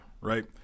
right